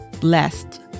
Blessed